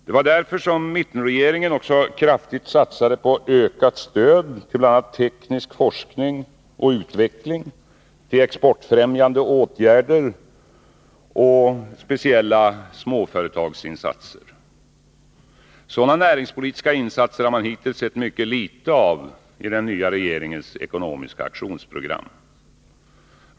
Det var därför som mittenregeringen också kraftigt satsade på ökat stöd till bl.a. teknisk forskning och utveckling, exportfrämjande åtgärder och speciella småföretagsinsatser. Sådana näringspolitiska insatser har man hittills sett mycket lite avi den nya regeringens ekonomiska aktionsprogram.